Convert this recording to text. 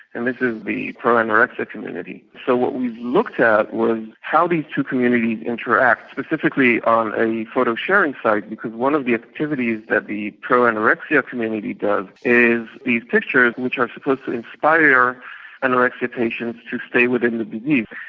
and this is the pro-anorexia community. so what we looked at was how these two communities interact, specifically on a photo sharing site, because one of the activities that the pro-anorexia community does is these pictures which are supposed to inspire anorexia patients to stay within the disease.